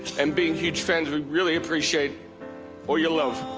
and being huge fans. we really appreciate all your love.